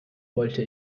wollte